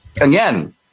again